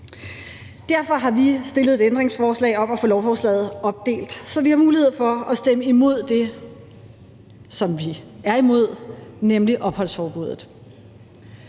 Derfor har vi stillet et ændringsforslag om at få lovforslaget opdelt, så vi har mulighed for at stemme imod det, som vi er imod, nemlig opholdsforbuddet,